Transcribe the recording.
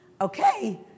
Okay